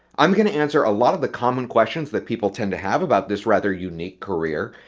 i'm going to answer a lot of the common questions that people tend to have about this rather unique career,